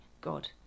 God